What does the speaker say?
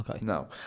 No